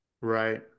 Right